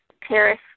Paris